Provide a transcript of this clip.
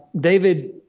David